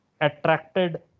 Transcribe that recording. attracted